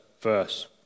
verse